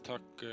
Tack